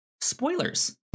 spoilers